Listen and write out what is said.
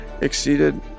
exceeded